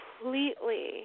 completely